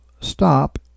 stop